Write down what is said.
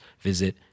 visit